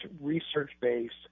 research-based